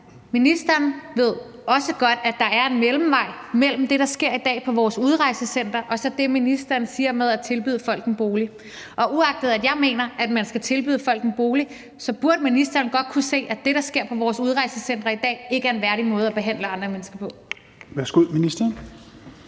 Ministeren ved også godt, at der er en mellemvej mellem det, der sker i dag på vores udrejsecentre, og så det, ministeren siger med at tilbyde folk en bolig. Og uagtet at jeg mener, at man skal tilbyde folk en bolig, så burde ministeren godt kunne se, at det, der sker på vores udrejsecentre i dag, ikke er en værdig måde at behandle andre mennesker på.